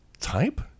type